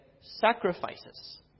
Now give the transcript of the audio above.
sacrifices